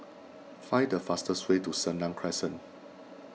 find the fastest way to Senang Crescent